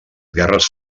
guerres